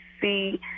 see